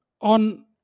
on